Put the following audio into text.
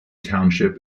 township